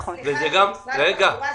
סליחה, משרד התחבורה,